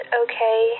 okay